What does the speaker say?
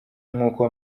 nk’uko